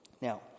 Now